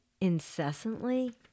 incessantly